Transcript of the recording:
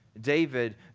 David